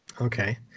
Okay